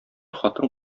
хатын